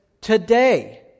Today